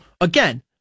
again